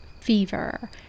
Fever